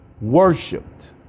worshipped